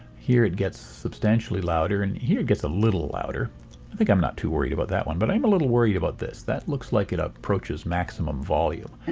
here it gets substantially louder and here it gets a little louder. i think i'm not too worried about that one, but i'm a little worried about this. that looks like it approaches maximum volume.